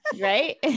Right